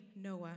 Noah